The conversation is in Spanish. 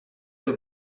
del